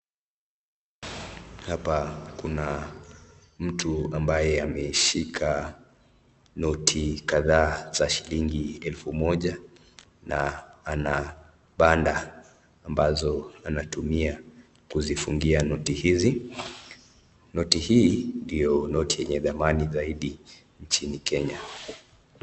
Hapa Kuna mtu ambaye ameshika noti kadhaa za shilingi elfu Moja na ana Banda anatumia kuzifunga noti hizi, noti hii ndio noti yenye dhamana zaidi nchini Kenya.